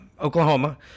oklahoma